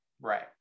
right